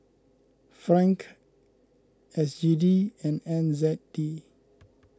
Franc S G D and N Z D